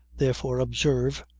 therefore, observe,